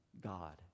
God